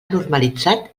normalitzat